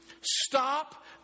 Stop